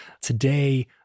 Today